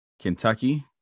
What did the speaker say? Kentucky